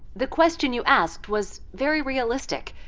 the question you asked was very realistic.